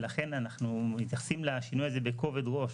ולכן אנחנו מתייחסים לשינוי הזה בכובד ראש